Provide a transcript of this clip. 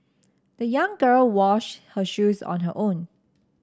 the young girl washed her shoes on her own